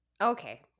Okay